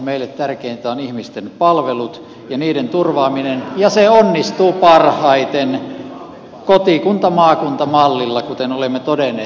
meille tärkeintä ovat ihmisten palvelut ja niiden turvaaminen ja se onnistuu parhaiten kotikuntamaakunta mallilla kuten olemme todenneet